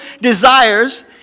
desires